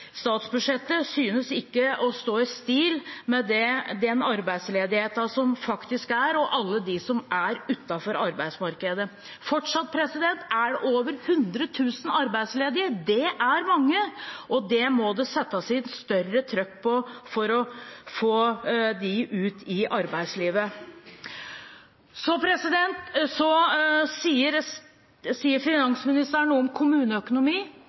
med alle dem som er utenfor arbeidsmarkedet. Fortsatt er det over 100 000 arbeidsledige. Det er mange, og det må settes inn større trykk for å få dem ut i arbeidslivet. Finansministeren sier noe om kommuneøkonomi og om